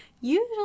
usually